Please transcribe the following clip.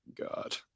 God